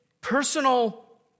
personal